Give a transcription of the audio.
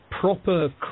proper